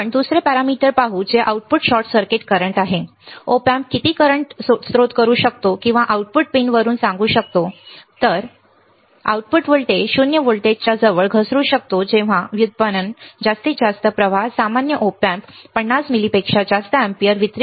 आपण दुसरे पॅरामीटर पाहू जे आउटपुट शॉर्ट सर्किट करंट आहे ओपी अँप किती करंट स्त्रोत करू शकतो किंवा आउटपुट पिन वरून सांगू शकतो आउटपुट व्होल्टेज 0 व्होल्टच्या जवळ घसरू शकतो जेव्हा व्युत्पन्न जास्तीत जास्त प्रवाह सामान्यतः ओपी एम्प वितरीत करू शकत नाही 50 मिली पेक्षा जास्त अँपिअर